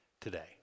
today